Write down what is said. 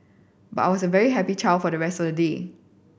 but I was very happy child for the rest of the day